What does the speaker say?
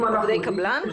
הם עובדי קבלן?